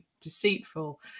deceitful